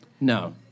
No